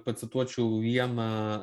pacituočiau vieną